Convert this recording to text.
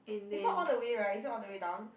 it's not all the way right is it all the way down